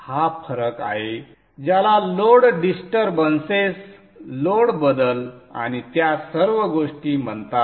हा फरक आहे ज्याला लोड डिस्टर्बन्सेस लोड बदल आणि त्या सर्व गोष्टी म्हणतात